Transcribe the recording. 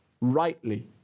rightly